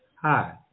Hi